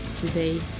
today